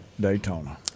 Daytona